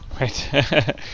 Right